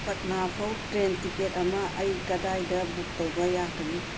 ꯄꯠꯅꯥ ꯐꯥꯎ train ticket ꯑꯃ ꯑꯩ ꯀꯗꯥꯏꯗ ꯕꯨꯛ ꯇꯧꯕ ꯌꯥꯒꯅꯤ